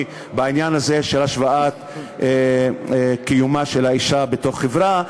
עם העניין הזה של השוואת קיומה של האישה בתוך חברה,